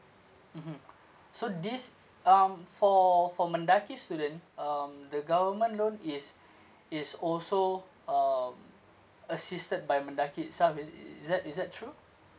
mmhmm so this um for for mendaki student um the government loan is is also um assisted by mendaki itself is is that is that true